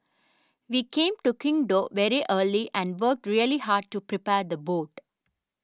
we came to Qingdao very early and worked really hard to prepare the boat